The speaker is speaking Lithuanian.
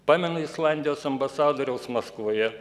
pamenu islandijos ambasadoriaus maskvoje